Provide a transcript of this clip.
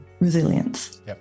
resilience